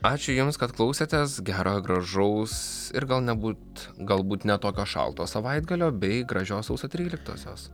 ačiū jums kad klausėtės gero gražaus ir gal nebūt galbūt ne tokio šalto savaitgalio bei gražios sausio tryliktosios